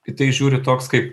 į tai žiūri toks kaip